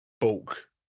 bulk